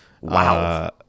Wow